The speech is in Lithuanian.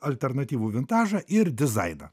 alternatyvų vintažą ir dizainą